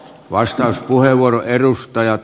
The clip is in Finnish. arvoisa puheenjohtaja